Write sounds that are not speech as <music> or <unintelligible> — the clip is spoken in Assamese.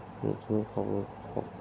<unintelligible>